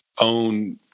own